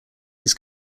his